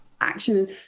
action